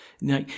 Now